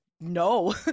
no